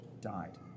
died